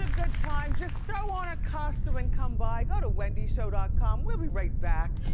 good time, just throw on a costume and come by. go to wendyshow ah com, we'll be right back.